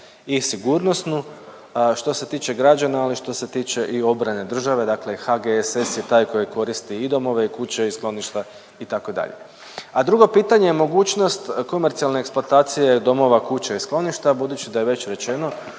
i sigurnosnu što se tiče građana, a što se tiče i obrane države, dakle HGSS je taj koji koristi i domove i kuće i skloništa itd. A drugo pitanje, mogućnost komercijalne eksploatacije domova, kuća i skloništa budući da je već rečeno